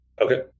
Okay